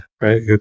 right